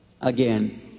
again